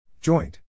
Joint